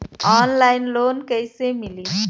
Online loan कइसे मिली?